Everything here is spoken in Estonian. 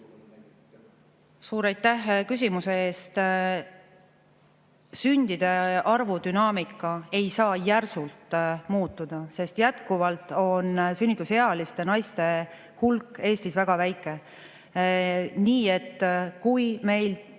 Suur aitäh küsimuse eest! Sündide arvu dünaamika ei saa järsult muutuda, sest jätkuvalt on sünnitusealiste naiste hulk Eestis väga väike. Nii et kui meil